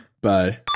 Bye